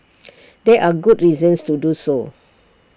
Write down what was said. there are good reasons to do so